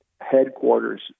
headquarters